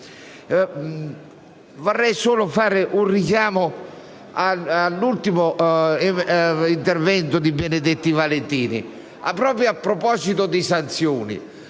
Vorrei solo fare un richiamo all'intervento del senatore Benedetti Valentini, proprio a proposito di sanzioni.